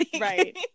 Right